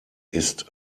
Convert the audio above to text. ist